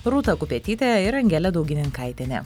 rūta kupetytė ir angelė daugininkaitienė